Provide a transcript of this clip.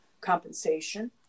compensation